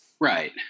Right